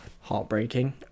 heartbreaking